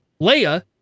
Leia